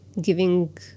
Giving